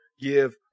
give